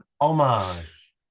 Homage